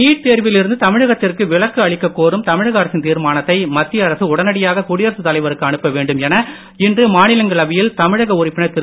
NEET தேர்வில் இருந்து தமிழகத்திற்கு விலக்கு அளிக்கக் கோரும் தமிழக அரசின் தீர்மானத்தை மத்திய அரசு உடனடியாக குடியரசுத் தலைவருக்கு அனுப்ப வேண்டும் என இன்று மாநிலங்களவையில் தமிழக உறுப்பினர் திரு